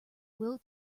will